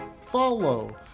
Follow